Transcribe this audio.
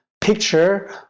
picture